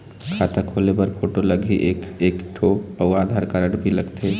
खाता खोले बर फोटो लगही एक एक ठो अउ आधार कारड भी लगथे?